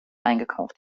eingekauft